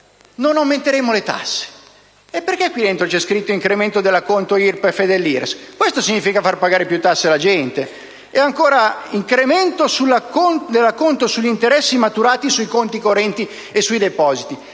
non aumenteremo le tasse. E perché allora nel decreto-legge c'è scritto: incremento dell'acconto IRPEF e dell'IRES? Questo significa far pagare più tasse alla gente! Con l'incremento dell'acconto sugli interessi maturati sui conti correnti e sui depositi